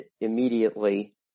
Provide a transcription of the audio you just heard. immediately